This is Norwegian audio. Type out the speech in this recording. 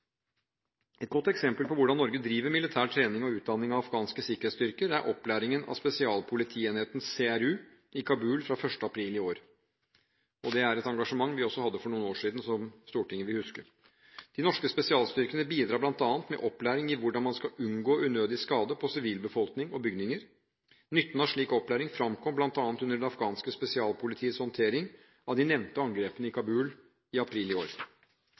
Et godt eksempel på hvordan Norge driver militær trening og utdanning av afghanske sikkerhetsstyrker, er opplæringen av spesialpolitienheten, CRU, i Kabul fra 1. april i år. Det er et engasjement vi også hadde for noen år siden, som Stortinget vil huske. De norske spesialstyrkene bidrar bl.a. med opplæring i hvordan man skal unngå unødig skade på sivilbefolkning og bygninger. Nytten av slik opplæring fremkom bl.a. under det afghanske spesialpolitiets håndtering av de nevnte angrepene i Kabul i april i år.